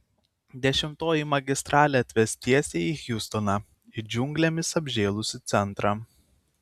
dešimtoji magistralė atves tiesiai į hjustoną į džiunglėmis apžėlusį centrą